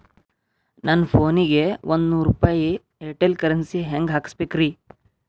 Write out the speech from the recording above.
ನನ್ನ ಫೋನಿಗೆ ಒಂದ್ ನೂರು ರೂಪಾಯಿ ಏರ್ಟೆಲ್ ಕರೆನ್ಸಿ ಹೆಂಗ್ ಹಾಕಿಸ್ಬೇಕ್ರಿ?